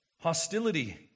Hostility